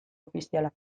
ofizialak